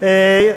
הכנסת,